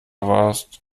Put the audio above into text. warst